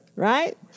Right